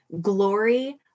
glory